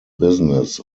business